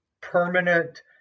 permanent